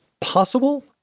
possible